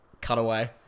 cutaway